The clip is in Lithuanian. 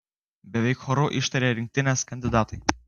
beveik choru ištarė rinktinės kandidatai